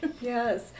Yes